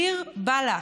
דיר באלכ.